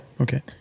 Okay